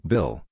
Bill